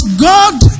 God